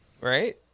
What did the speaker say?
right